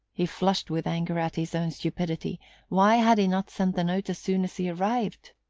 he flushed with anger at his own stupidity why had he not sent the note as soon as he arrived?